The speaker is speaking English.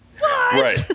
Right